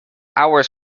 hours